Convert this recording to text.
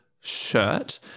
shirt